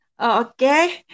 Okay